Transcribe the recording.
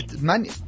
Money